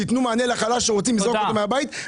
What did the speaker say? תתנו מענה לחלש שרוצים לזרוק אותו מהבית.